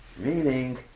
Meaning